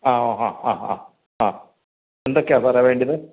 ആ ആ ഹാ ആ ആ ആ എന്തൊക്കെയാണ് സാറെ വേണ്ടിയത് ആ ആ ആ ആ ആ അ അ